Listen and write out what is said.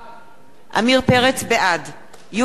בעד יובל צלנר,